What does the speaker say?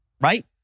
Right